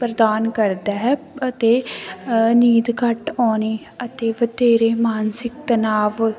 ਪ੍ਰਦਾਨ ਕਰਦਾ ਅਤੇ ਨੀਂਦ ਘੱਟ ਆਉਣੀ ਅਤੇ ਵਧੇਰੇ ਮਾਨਸਿਕ ਤਨਾਵ